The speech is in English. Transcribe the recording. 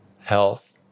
health